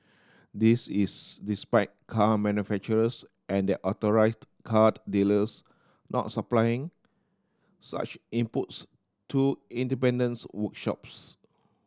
this is despite car manufacturers and their authorised car dealers not supplying such inputs to independence workshops